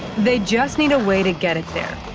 they just need a way to get it there.